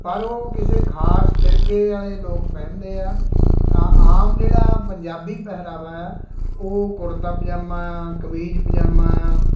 ਪਰ ਉਹ ਕਿਸੇ ਖਾਸ ਫਿਰਕੇ ਵਾਲੇ ਲੋਕ ਪਹਿਨਦੇ ਹੈ ਆ ਆਮ ਜਿਹੜਾ ਪੰਜਾਬੀ ਪਹਿਰਾਵਾ ਹੈ ਉਹ ਕੁੜਤਾ ਪਜਾਮਾ ਕਮੀਜ਼ ਪਜਾਮਾ